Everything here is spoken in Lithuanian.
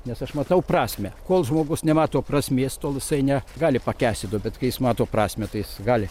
nes aš matau prasmę kol žmogus nemato prasmės tol jisai ne gali pakęsti to bet kai jis mato prasmę tai jis gali